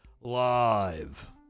live